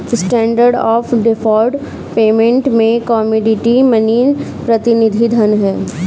standard of deferred payment में commodity money प्रतिनिधि धन हैं